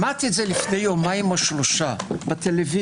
שמעתי את זה לפני יומיים או שלושה בטלוויזיה.